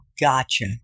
Gotcha